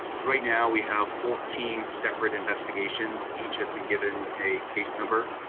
right now, we have fourteen separate investigations, each has been given a case number.